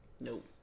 Nope